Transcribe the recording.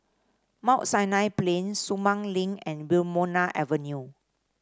Mount Sinai Plain Sumang Link and Wilmonar Avenue